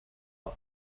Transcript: out